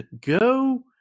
Go